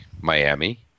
Miami